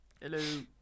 Hello